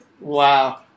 Wow